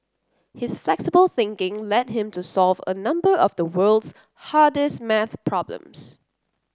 his flexible thinking led him to solve a number of the world's hardest maths problems